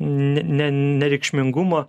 ne ne nereikšmingumą